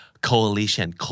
Coalition